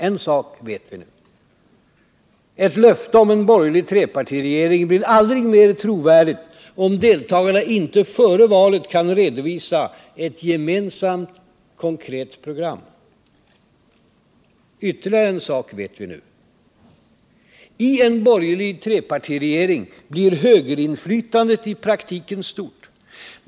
En sak vet vi nu: Ett löfte om en borgerlig trepartiregering blir aldrig mer trovärdigt om deltagarna inte före valet kan redovisa ett gemensamt, konkret program. Ytterligare en sak vet vi nu: I en borgerlig trepartiregering blir högerinflytandet i praktiken stort.